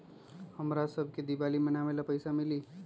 हमरा शव के दिवाली मनावेला पैसा मिली?